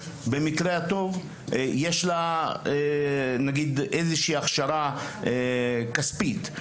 שבמקרה הטוב יש לה איזו שהיא הכשרה כספית.